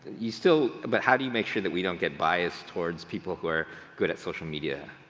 you still, but how do you make sure that we don't get bias towards people who are good at social media?